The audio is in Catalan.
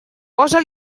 posa